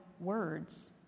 words